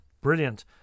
brilliant